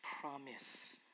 promise